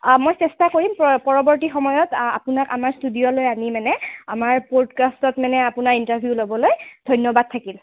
মই চেষ্টা কৰিম পৰৱৰ্তী সময়ত আপোনাক আমাৰ ষ্টুডিঅ'লৈ আনি মানে আমাৰ প'ডকাষ্টত মানে আপোনাৰ ইন্টাৰভিউ ল'বলৈ ধন্যবাদ থাকিল